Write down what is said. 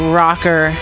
rocker